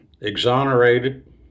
exonerated